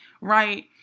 Right